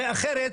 הרי אחרת,